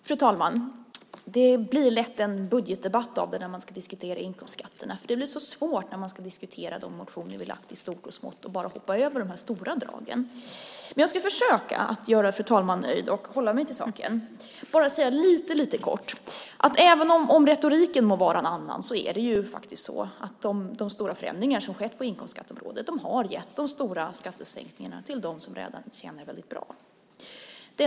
Fru talman! Det blir lätt en budgetdebatt när man ska diskutera inkomstskatterna, för det blir så svårt när man ska diskutera de motioner som vi väckt om stort och smått att bara hoppa över de stora dragen. Men jag ska försöka att göra fru talman nöjd och hålla mig till saken. Jag ska bara säga något lite kort. Även om retoriken må vara en annan har de stora förändringar som skett på inkomstskatteområdet gett de stora skattesänkningarna till dem som redan tjänar väldigt bra.